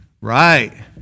Right